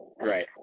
Right